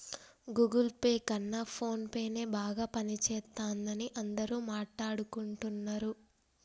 Google Pay కన్నా ఫోన్పేనే బాగా పనిజేత్తందని అందరూ మాట్టాడుకుంటన్నరు